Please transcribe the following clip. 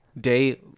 Day